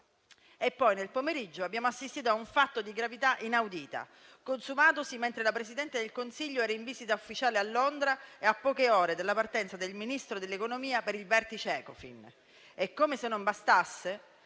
Nel pomeriggio, poi, abbiamo assistito a un fatto di una gravità inaudita, consumatosi mentre il Presidente del Consiglio era in visita ufficiale a Londra e a poche ore dalla partenza del Ministro dell'economia per il vertice Ecofin. Come se non bastasse,